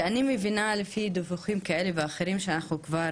שאני מבינה לפי דיווחים כאלה ואחרים שאנחנו כבר